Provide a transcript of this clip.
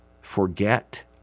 forget